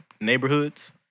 neighborhoods